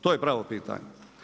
To je pravo pitanje.